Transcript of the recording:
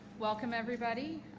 welcome everybody.